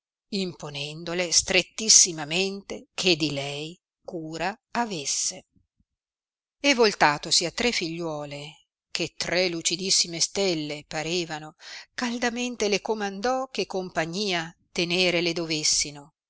raccomandò imponendole strettissimamente che di lei cura avesse e voltatosi a tre figliuole che tre lucidissime stelle parevano caldamente le comandò che compagnia tenere le dovessino